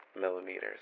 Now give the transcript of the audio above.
millimeters